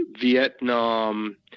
Vietnam